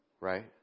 Right